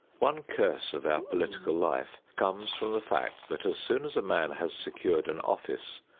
one curse of our political life comes from the fact that as soon as a man has secured an office,